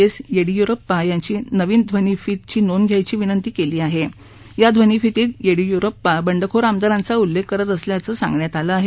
S Yediyurappa यांची नवीन ध्वनी फितची नोंद घ्यायची विनंती केली आहे या ध्वनी फितीत येडियुरप्पा बंडखोर आमदारांचा उल्लेख करत असल्याचं सांगण्यात आलं आहे